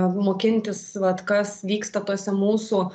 mokintis vat kas vyksta tuose mūsų